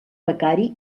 becari